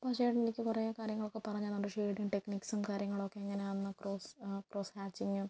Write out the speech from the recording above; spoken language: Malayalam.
അപ്പോൾ ആ ചേട്ടനെനിക്ക് കുറെ കാര്യങ്ങളൊക്കെ പറഞ്ഞ് തന്നിട്ടുണ്ട് ഷേഡിങ് ടെക്നിക്സും കാര്യങ്ങളും ഒക്കെ എങ്ങനെയാന്നും പ്രോസ് പ്രോസ് ഹാച്ചിങും